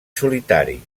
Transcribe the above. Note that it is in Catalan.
solitari